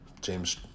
James